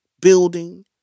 building